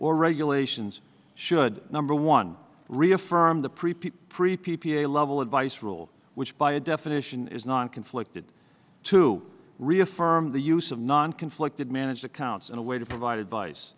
or regulations should number one reaffirm the pre pre p p a level advice rule which by definition is not conflicted to reaffirm the use of non conflicted managed accounts in a way to provide advice